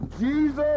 Jesus